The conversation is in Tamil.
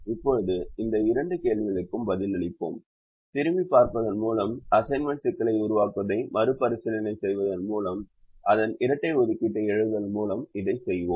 இப்போது இந்த இரண்டு கேள்விகளுக்கும் பதிலளிப்போம் திரும்பிப் பார்ப்பதன் மூலமும் அசைன்மென்ட் சிக்கலை உருவாக்குவதை மறுபரிசீலனை செய்வதன் மூலமும் அதன் இரட்டை ஒதுக்கீட்டை எழுதுவதன் மூலமும் இதைச் செய்வோம்